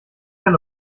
kann